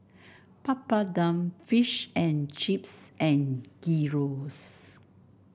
Papadum Fish and Chips and Gyros